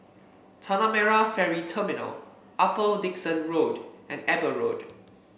Tanah Merah Ferry Terminal Upper Dickson Road and Eber Road